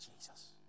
Jesus